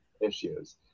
issues